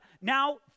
now